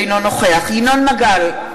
אינו נוכח ינון מגל,